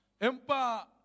Empa